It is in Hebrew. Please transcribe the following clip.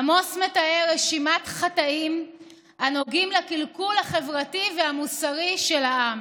עמוס מתאר רשימת חטאים הנוגעים לקלקול החברתי והמוסרי של העם.